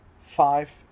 five